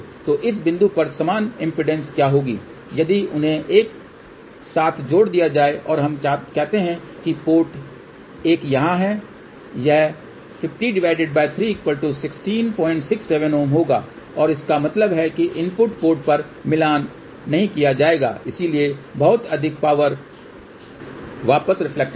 तो इस बिंदु पर समान इम्पीडेन्स क्या होगी यदि उन्हें एक साथ जोड़ दिया जाए और हम कहते हैं कि पोर्ट एक यहां है तो यह 503 1667 Ω होगा और इसका मतलब है कि इनपुट पोर्ट का मिलान नहीं किया जाएगा इसलिए बहुत अधिक पावर वापस रिफ्लेक्टेड होगी